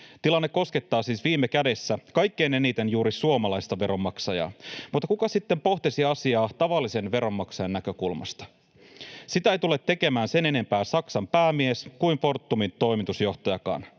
Tilanne koskettaa siis viime kädessä kaikkein eniten juuri suomalaista veronmaksajaa. Mutta kuka sitten pohtisi asiaa tavallisen veronmaksajan näkökulmasta? Sitä eivät tule tekemään sen enempää Saksan päämies kuin Fortumin toimitusjohtajakaan.